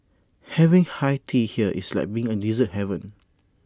having high tea here is like being in dessert heaven